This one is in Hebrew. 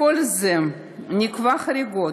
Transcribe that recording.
לכלל זה נקבע חריג,